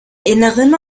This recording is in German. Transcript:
innern